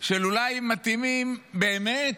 שאולי מתאימים, באמת